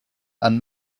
and